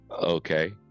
Okay